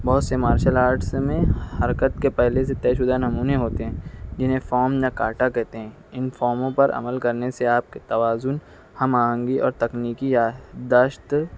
بہت سے martial arts میں حرکت کے پہلے سے طے شدہ نمونے ہوتے ہیں انہیں فوم نکاٹا کہتے ہیں ان فوموں پر عمل کرنے سے آپ کے توازن ہم آہنگی اور تکنیکی یادداشت